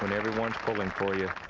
and everyone pulling for you.